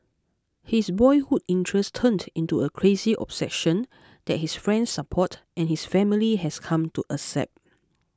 his boyhood interest turned into a crazy obsession that his friends support and his family has come to accept